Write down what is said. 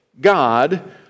God